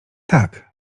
tak